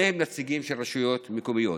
שניהם נציגים של רשויות מקומיות.